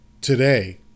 today